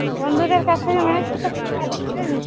বন্ধুদের কাছ থেকে ম্যানেজ করতে পারবে